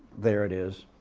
there it is.